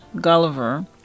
gulliver